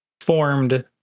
formed